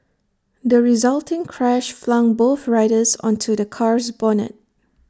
the resulting crash flung both riders onto the car's bonnet